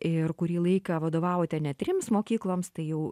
ir kurį laiką vadovavote net trims mokykloms tai jau